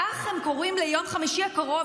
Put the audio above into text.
כך הם קוראים ליום חמישי הקרוב,